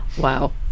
Wow